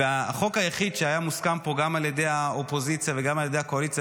והחוק היחיד שהיה מוסכם פה גם על ידי האופוזיציה וגם על ידי הקואליציה,